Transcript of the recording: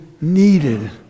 needed